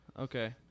Okay